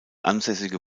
ansässige